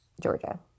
Georgia